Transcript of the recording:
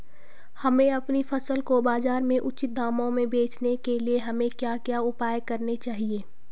हमें अपनी फसल को बाज़ार में उचित दामों में बेचने के लिए हमें क्या क्या उपाय करने चाहिए?